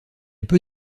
peu